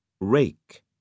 rake